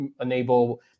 enable